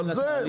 אבל זה,